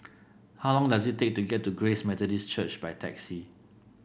how long does it take to get to Grace Methodist Church by taxi